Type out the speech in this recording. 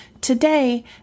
Today